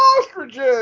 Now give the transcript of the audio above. ostriches